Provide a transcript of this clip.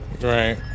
Right